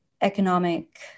economic